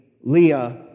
Leah